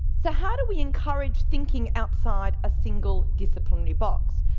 so how do we encourage thinking outside a single disciplinary box,